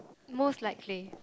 mostly likely